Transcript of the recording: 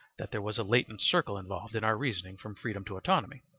that there was a latent circle involved in our reasoning from freedom to autonomy,